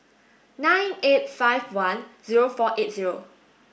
nine eight five one zero four eight zero